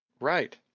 Right